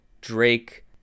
drake